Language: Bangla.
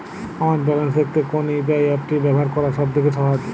আমার ব্যালান্স দেখতে কোন ইউ.পি.আই অ্যাপটি ব্যবহার করা সব থেকে সহজ?